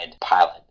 pilot